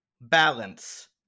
balance